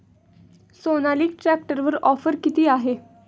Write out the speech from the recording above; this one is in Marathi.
सोनालिका ट्रॅक्टरवर ऑफर किती आहे?